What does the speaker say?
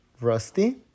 rusty